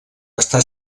està